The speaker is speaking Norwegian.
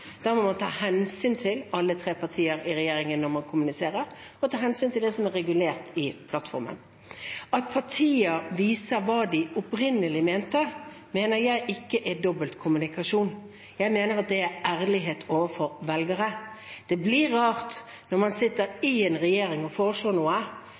Da må man ta hensyn til alle tre partier i regjeringen når man kommuniserer, og ta hensyn til det som er regulert i plattformen. At partier viser hva de opprinnelig mente, mener jeg ikke er dobbeltkommunikasjon. Jeg mener at det er ærlighet overfor velgerne. Det blir rart når man sitter i en regjering og foreslår noe,